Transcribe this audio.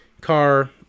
car